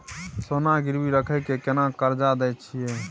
सोना गिरवी रखि के केना कर्जा दै छियै?